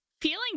feeling